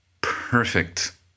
perfect